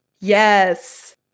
yes